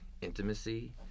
intimacy